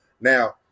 Now